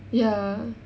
ya